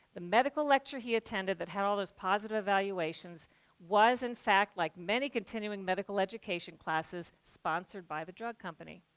the medical lecture he attended that had all those positive evaluations was in fact, like many continuing medical education classes, sponsored by the drug company.